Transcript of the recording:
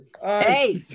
hey